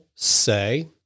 say